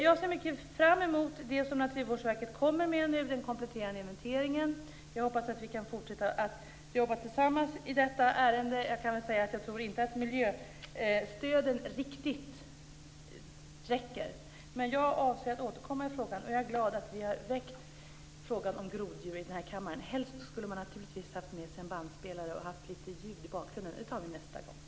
Jag ser fram emot den kompletterande inventeringen från Naturvårdsverket. Jag hoppas att vi kan fortsätta att jobba tillsammans i detta ärende. Jag tror inte att miljöstödet kommer att räcka. Jag avser att återkomma i frågan, och jag är glad över att frågan om groddjur har väckts i kammaren. Helst skulle jag ha haft med mig en bandspelare med lite ljud i bakgrunden. Det tar vi nästa gång!